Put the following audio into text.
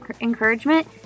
encouragement